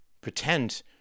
Pretend